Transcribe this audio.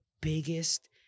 biggest